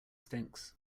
stinks